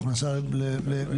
או הכנסה לנפש,